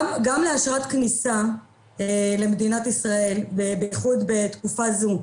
גם לאשרת כניסה למדינת ישראל, בייחוד בתקופה זו,